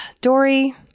Dory